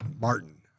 Martin